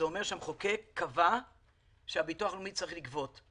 זה אומר שהמחוקק קבע שהביטוח הלאומי צריך לגבות;